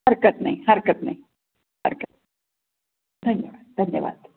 हरकत नाही हरकत नाही हरकत धन्यवाद धन्यवाद